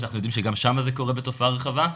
שאנחנו יודעים שגם שם זה קורה בתופעה רחבה,